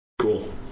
Cool